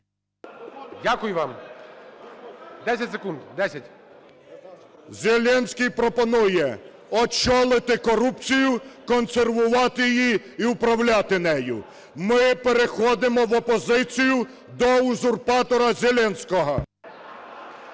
Дякую вам. Десять секунд, десять. ЛЯШКО О.В. Зеленський пропонує очолити корупцію, консервувати її і управляти нею. Ми переходимо в опозицію до узурпатора Зеленського.